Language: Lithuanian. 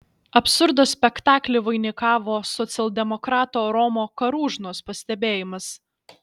absurdo spektaklį vainikavo socialdemokrato romo karūžnos pastebėjimas